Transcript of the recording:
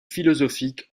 philosophiques